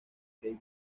key